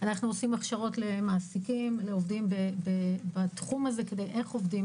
אנחנו עושים הכשרות למעסיקים של עובדים בתחום הזה: איך עובדים,